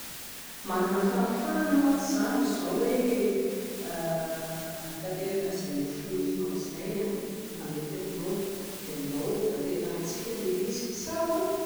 Manana fahafahana mantsy aho amin'izao hoe hanatanteraka an'izay nofinofinao izay, raha mety aminao dia andao ho tanterahintsika ilay izy, sa ahoana?